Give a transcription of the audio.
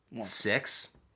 Six